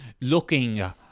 Looking